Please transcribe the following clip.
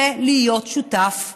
זה להיות שותף לשחיתות.